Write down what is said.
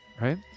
right